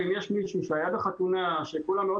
ואם יש מישהו שהיה בחתונה שכולם שם מאוד